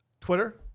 Twitter